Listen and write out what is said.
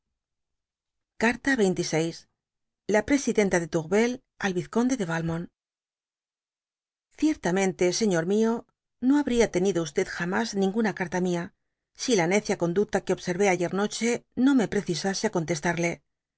carta xxvi la presidenta de tourvel al vizconde de vahnotu ciiertamentb señof mio no habría tenido jamas ninguna carta mia si la necia conducta que observé ayer noche no me precisase á contestarle